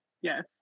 yes